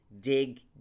Dig